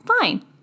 fine